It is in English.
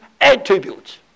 attributes